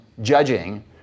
judging